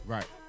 Right